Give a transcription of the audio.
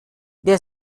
der